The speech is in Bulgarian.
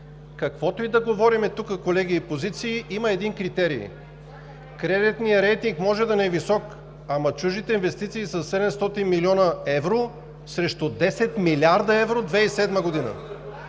Каквото и да говорим тук, колеги, има един критерий – кредитният рейтинг може да ни е висок, ама чуждите инвестиции са 700 милиона евро срещу 10 милиарда евро 2007 г.!